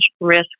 risk